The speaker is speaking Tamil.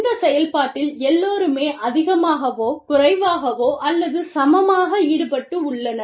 இந்த செயல்பாட்டில் எல்லோரும் அதிகமாகவோ குறைவாகவோ அல்லது சமமாக ஈடுபட்டுள்ளனர்